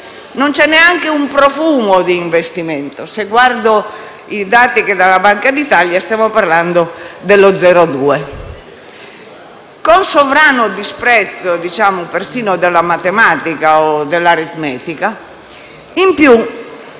Non c'è neanche un profumo di investimento - se guardo i dati della Banca d'Italia, stiamo parlando dello 0,2 per cento - con sovrano disprezzo persino della matematica e dell'aritmetica. In più,